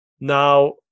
now